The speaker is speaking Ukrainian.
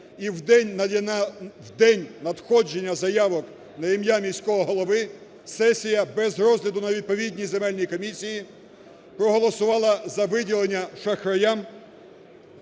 і в день надходження заявок на ім'я міського голови сесія без розгляду на відповідній земельній комісії проголосувала за виділення шахраям